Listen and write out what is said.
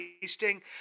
tasting